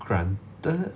granted